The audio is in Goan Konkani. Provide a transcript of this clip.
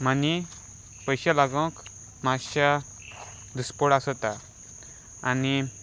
मनी पयशे लागूंक मातशा दुसपड आसता आनी